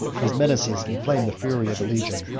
his menaces inflamed the fury of the legion,